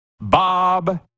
Bob